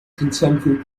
contemporary